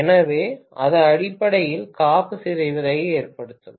எனவே அது அடிப்படையில் காப்பு சிதைவதை ஏற்படுத்தும்